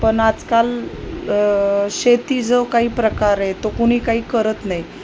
पण आजकाल शेती जो काही प्रकारे तो कोणी काही करत नाही